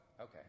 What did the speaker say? okay